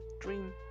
dream